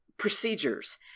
procedures